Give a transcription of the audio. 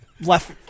left